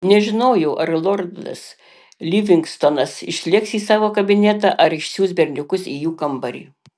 nežinojau ar lordas livingstonas išlėks į savo kabinetą ar išsiųs berniukus į jų kambarį